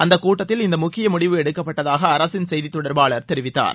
அந்த கூட்டத்தில் இந்த முக்கிய முடிவு எடுக்கப்பட்டதாக அரசின் செய்தி தொடர்பாளர் தெரிவித்தார்